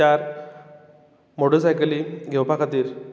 चार मोटरसायकली घेवपा खातीर